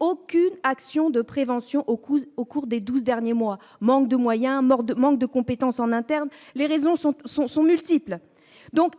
aucune action de prévention au cours des douze derniers mois : manque de moyens ou manque de compétences en interne, les raisons sont multiples.